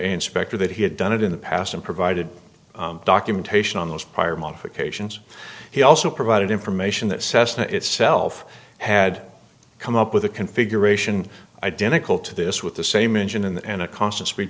inspector that he had done it in the past and provided documentation on those prior modifications he also provided information that cessna itself had come up with a configuration identical to this with the same engine and a constant spe